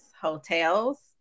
hotels